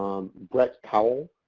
brett cowell,